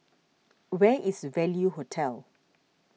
where is Value Hotel